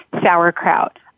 sauerkraut